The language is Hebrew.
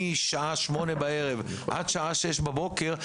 מהשעה שמונה בערב עד השעה שש בבוקר,